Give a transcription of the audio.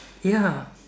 ya